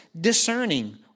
discerning